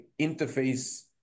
interface